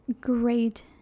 great